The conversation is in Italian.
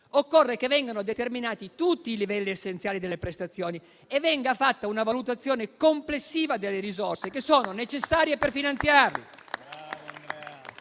occorre che vengano determinati tutti i livelli essenziali delle prestazioni e che venga effettuata una valutazione complessiva delle risorse necessarie per finanziarli,